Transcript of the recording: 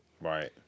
Right